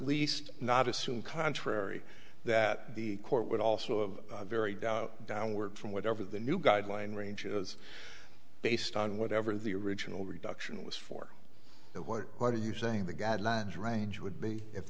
least not assume contrary that the court would also of very doubt downward from whatever the new guideline ranges based on whatever the original reduction was for the what are you saying the guidelines range would be if